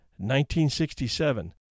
1967